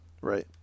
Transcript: right